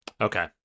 Okay